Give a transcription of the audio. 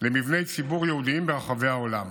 למבני ציבור יהודיים ברחבי העולם